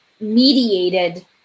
mediated